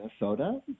Minnesota